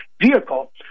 vehicle